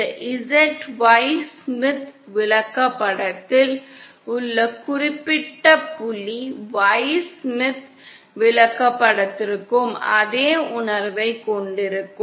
இந்த Z Y Smith விளக்கப்படத்தில் உள்ள குறிப்பிட்ட புள்ளி Y ஸ்மித் விளக்கப்படத்திற்கும் அதே உணர்வைக் கொண்டிருக்கும்